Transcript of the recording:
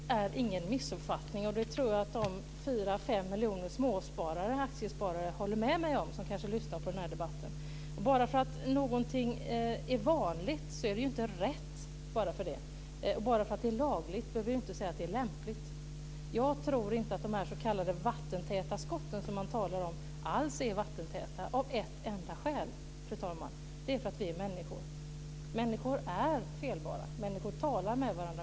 Fru talman! Nej, det är ingen missuppfattning. Det tror jag att de 4-5 miljoner småsparare - aktiesparare - som kanske lyssnar på den här debatten håller med mig om. Bara för att någonting är vanligt är det ju inte rätt. Bara för att det är lagligt behöver vi inte säga att det är lämpligt. Jag tror av ett enda skäl, fru talman, inte att de s.k. vattentäta skott som man talar om är vattentäta. Det är att vi är människor. Människor är felbara.